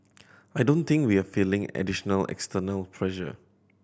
I don't think we're feeling additional external pressure